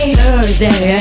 Thursday